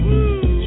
Woo